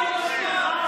תודה.